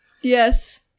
Yes